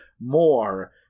more